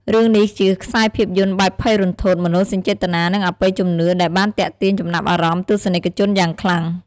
រឿងនេះជាខ្សែភាពយន្តបែបភ័យរន្ធត់ មនោសញ្ចេតនា និងអបិយជំនឿ ដែលបានទាក់ទាញចំណាប់អារម្មណ៍ទស្សនិកជនយ៉ាងខ្លាំង ។